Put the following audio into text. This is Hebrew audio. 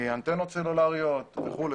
מאנטנות סלולריות וכולי,